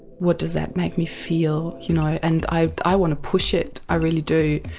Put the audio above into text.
what does that make me feel, you know? and i i want to push it, i really do,